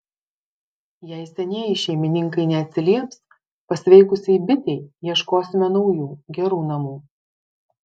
jei senieji šeimininkai neatsilieps pasveikusiai bitei ieškosime naujų gerų namų